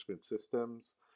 systems